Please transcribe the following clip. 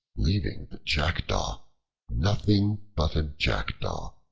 leaving the jackdaw nothing but a jackdaw.